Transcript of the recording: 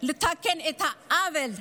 לתקן את העוול.